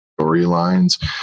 storylines